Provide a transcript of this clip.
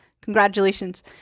Congratulations